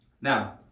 Now